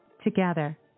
Together